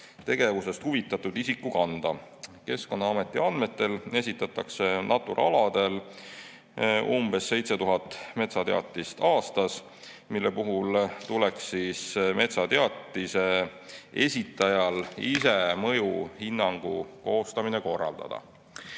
tegevusest huvitatud isiku kanda. Keskkonnaameti andmetel esitatakse Natura aladel umbes 7000 metsateatist aastas, mille puhul tuleks metsateatise esitajal ise mõjuhinnangu koostamine korraldada.